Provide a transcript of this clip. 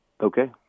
Okay